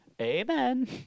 Amen